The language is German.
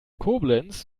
koblenz